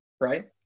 right